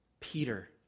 Peter